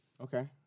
Okay